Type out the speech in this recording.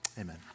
amen